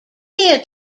near